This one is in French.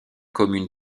commune